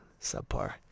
subpar